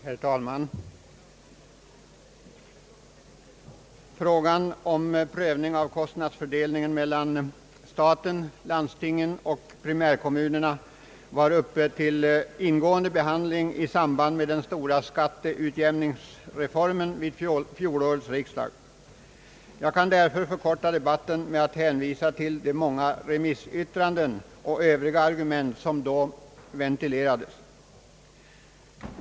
Herr talman! Frågan om prövning av kostnadsfördelningen mellan staten, landstingen och primärkommunerna var uppe till ingående behandling i samband med den stora skatteutjämningsreformen vid fjolårets riksdag. Jag kan därför förkorta debatten med att hänvisa till de många remissyttranden och övriga argument som då ventilerades.